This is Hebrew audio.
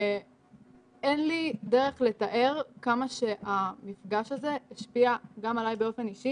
ואין לי דרך לתאר כמה שהמפגש הזה השפיע גם עליי באופן אישי